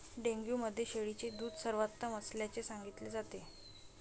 dengue मध्ये शेळीचे दूध सर्वोत्तम असल्याचे सांगितले जाते